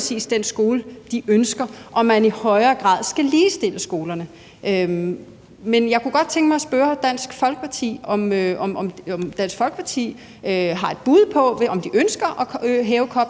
præcis den skole, de ønsker, og at man i højere grad skal ligestille skolerne. Men jeg kunne godt tænke mig at spørge Dansk Folkeparti, om Dansk Folkeparti ønsker at hæve